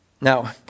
Now